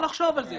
צריך לחשוב על זה.